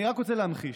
אני רק רוצה להמחיש: